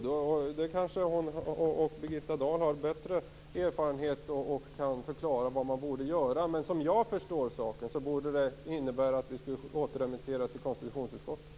Birgitta Hambraeus och Birgitta Dahl har större erfarenhet och kan kanske förklara vad man borde göra. Men såvitt jag förstår borde det innebära att frågan bör återremitteras till konstitutionsutskottet.